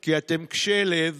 כי אתם קשי לב